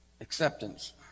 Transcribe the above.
Acceptance